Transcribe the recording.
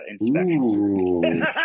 inspection